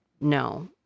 No